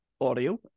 audio